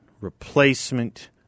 replacement